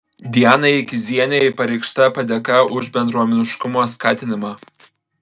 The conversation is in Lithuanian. dianai kizienei pareikšta padėka už bendruomeniškumo skatinimą